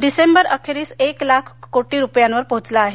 डिसेंबर अखेरीस एक लाख कोटी रुपयांवर पोहोचलं आहे